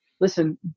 listen